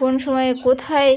কোন সময়ে কোথায়